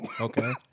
Okay